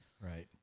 Right